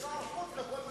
יש שר חוץ לכל מדינה.